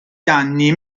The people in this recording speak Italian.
danni